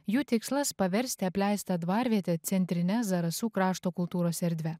jų tikslas paversti apleistą dvarvietę centrine zarasų krašto kultūros erdve